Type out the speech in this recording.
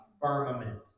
firmament